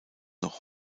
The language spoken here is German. noch